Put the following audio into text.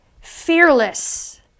fearless